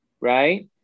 right